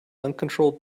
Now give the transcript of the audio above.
uncontrolled